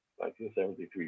1973